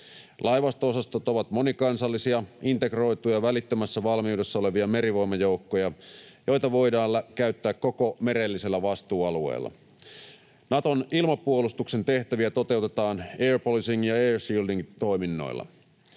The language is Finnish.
Laivasto-osastot ovat monikansallisia, integroituja, välittömässä valmiudessa olevia merivoimajoukkoja, joita voidaan käyttää koko merellisellä vastuualueella. Naton ilmapuolustuksen tehtäviä toteutetaan air policing‑ ja air shielding ‑toiminnoilla.